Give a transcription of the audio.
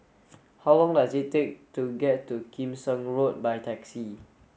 how long does it take to get to Kim Seng Road by taxi